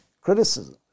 criticism